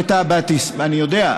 אני יודע,